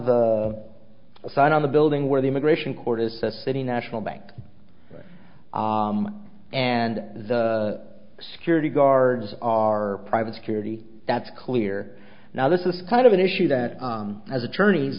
the sign on the building where the immigration court is says city national bank and the security guards are private security that's clear now this is kind of an issue that has attorneys